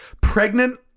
Pregnant